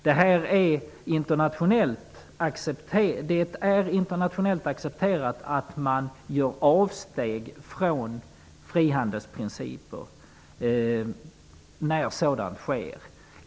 Det är internationellt accepterat att man gör avsteg från frihandelsprincipen när sådant sker.